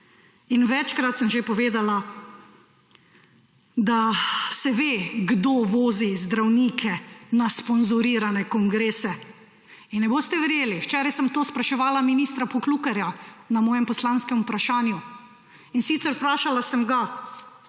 In večkrat sem že povedala, da se ve, kdo vozi zdravnike na sponzorirane kongrese. Ne boste verjeli, včeraj sem to spraševala ministra Poklukarja v svojem poslanskem vprašanju. Vprašala sem ga